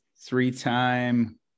three-time